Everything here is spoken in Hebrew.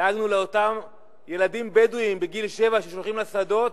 דאגנו לאותם ילדים בדואים בני שבע ששולחים לשדות.